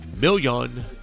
million